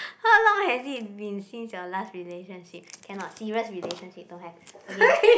how long has it been since your last relationship cannot serious relationship don't have okay